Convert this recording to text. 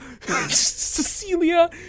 Cecilia